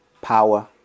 power